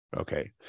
Okay